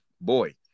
boy